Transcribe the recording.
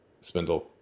spindle